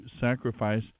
sacrifice